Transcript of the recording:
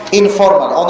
informal